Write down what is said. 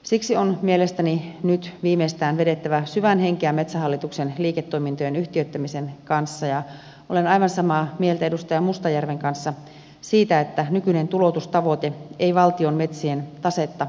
siksi on mielestäni nyt viimeistään vedettävä syvään henkeä metsähallituksen liiketoimintojen yhtiöittämisen kanssa ja olen aivan samaa mieltä edustaja mustajärven kanssa siitä että nykyinen tuloutustavoite ei valtion metsien tasetta kasvata